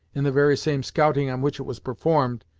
in the very same scouting on which it was performed,